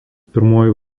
pirmuoju